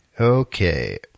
Okay